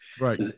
right